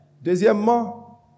Deuxièmement